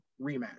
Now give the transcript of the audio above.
rematch